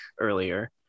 earlier